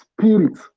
spirit